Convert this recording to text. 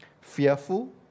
Fearful